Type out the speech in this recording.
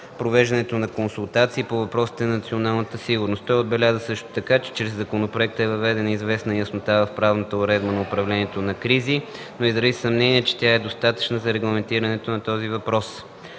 провеждането на консултации по въпросите на националната сигурност”. Той отбеляза също, че чрез законопроекта е въведена известна яснота в правната уредба на управлението на кризи, но изрази съмнение, че тя е достатъчна за регламентирането на този въпрос.